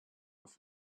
auf